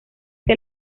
que